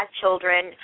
children